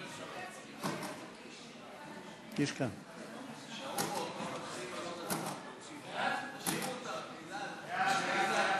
חוק מגן דוד אדום (תיקון מס' 8),